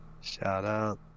Shout-out